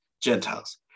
Gentiles